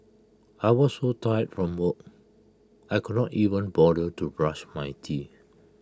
I was so tired from work I could not even bother to brush my teeth